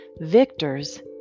victors